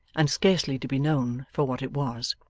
and scarcely to be known for what it was.